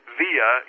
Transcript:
via